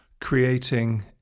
creating